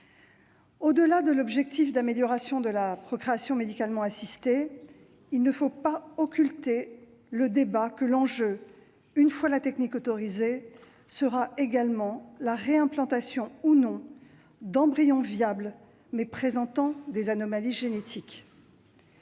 Au-delà de l'objectif d'amélioration de la procréation médicalement assistée, il ne faut pas occulter le débat : l'enjeu, une fois la technique autorisée, sera également la réimplantation ou non d'embryons viables, mais présentant des anomalies génétiques.